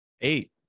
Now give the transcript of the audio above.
eight